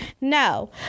No